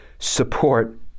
support